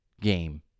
game